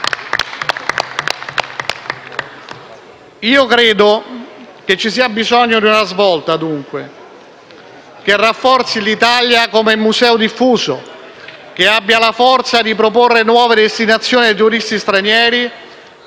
Credo che ci sia bisogno di una svolta, dunque, che rafforzi l'Italia come museo diffuso; che abbia la forza di proporre nuove destinazioni ai turisti stranieri